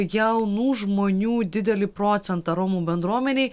jaunų žmonių didelį procentą romų bendruomenėj